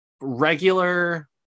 regular